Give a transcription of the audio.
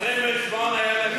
228,000 שקל,